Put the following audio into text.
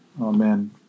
Amen